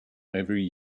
every